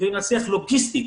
ואם נצליח לוגיסטית